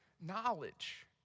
knowledge